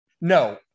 No